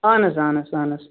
اَہن حظ اَہن حظ اَہن حظ